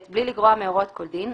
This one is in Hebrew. (ב)בלי לגרוע מהוראות כל דין,